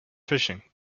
fishing